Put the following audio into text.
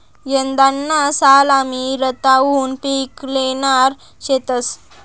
यंदाना साल आमी रताउनं पिक ल्हेणार शेतंस